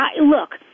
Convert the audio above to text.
look